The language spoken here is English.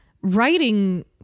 writing